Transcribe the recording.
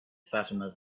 fatima